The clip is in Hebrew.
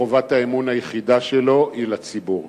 חובת האמון היחידה שלו היא לציבור,